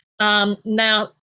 Now